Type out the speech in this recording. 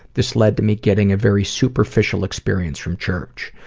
this led to me getting a very superficial experience from church,